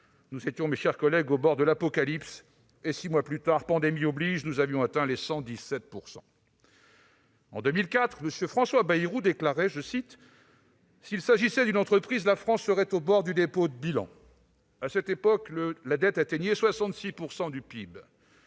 Nous étions au bord de l'apocalypse et, six mois plus tard, pandémie oblige, nous avions atteint les 117 %. En 2004, M. François Bayrou déclarait :« S'il s'agissait d'une entreprise, la France serait au bord du dépôt de bilan. »